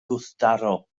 gwrthdaro